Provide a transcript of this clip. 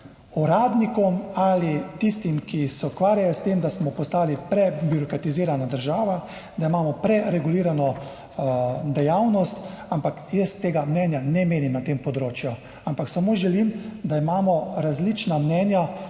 ali tistim, ki se ukvarjajo s tem, da smo postali prebirokratizirana država, da imamo preregulirano dejavnost, ampak jaz tega ne menim na tem področju, ampak samo želim, da imamo različna mnenja